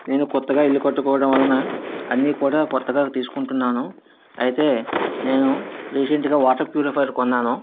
నేను కొత్తగా ఇల్లు కట్టుకోవటం వలన అన్ని కూడా కొత్తగా తీసుకుంటున్నాను అయితే నేను రీసెంట్గా వాటర్ ప్యూరిఫయర్ కొన్నాను